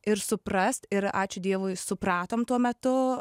ir suprast ir ačiū dievui supratom tuo metu